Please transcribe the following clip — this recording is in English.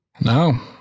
No